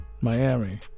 Miami